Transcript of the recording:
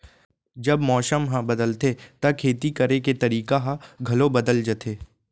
जब मौसम ह बदलथे त खेती करे के तरीका ह घलो बदल जथे?